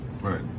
right